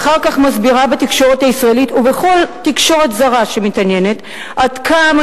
ואחר כך מסבירה בתקשורת הישראלית ובכל תקשורת זרה שמתעניינת עד כמה